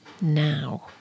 now